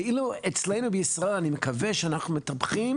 ואילו אצלנו בישראל אני מקווה שאנחנו מטפחים